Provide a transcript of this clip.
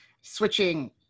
switching